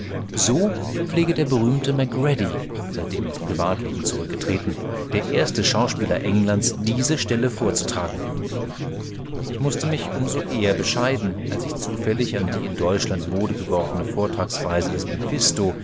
so pflege der berühmte macready seitdem ins privatleben zurückgetreten der erste schauspieler englands diese stelle vorzutragen ich mußte mich um so eher bescheiden als ich zufällig an die in deutschland mode gewordene vortragsweise des mephisto